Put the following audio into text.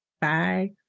Bye